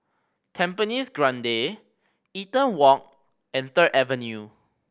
Tampines Grande Eaton Walk and Third Avenue